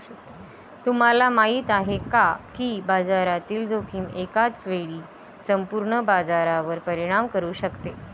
तुम्हाला माहिती आहे का की बाजारातील जोखीम एकाच वेळी संपूर्ण बाजारावर परिणाम करू शकते?